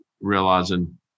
realizing